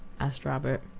asked robert.